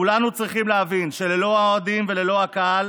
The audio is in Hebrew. כולנו צריכים להבין שללא האוהדים וללא הקהל,